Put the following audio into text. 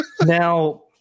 Now